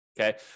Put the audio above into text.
Okay